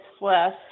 west